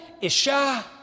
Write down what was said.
Isha